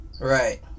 Right